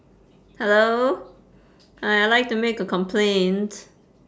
hello hi I'd like to make a complaint